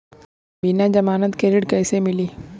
बिना जमानत के ऋण कईसे मिली?